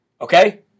okay